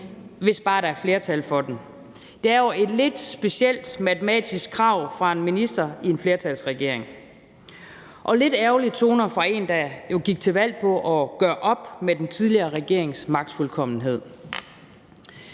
hvis bare der er flertal for den. Det er et lidt specielt matematisk krav fra en minister i en flertalsregering og lidt ærgerlige toner fra en, der jo gik til valg på at gøre op med den tidligere regerings magtfuldkommenhed.